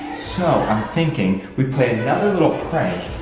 so i'm thinking we play another little prank,